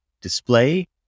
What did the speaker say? display